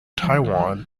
taiwan